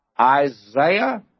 Isaiah